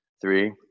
Three